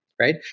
Right